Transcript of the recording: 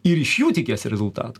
ir iš jų tikies rezultat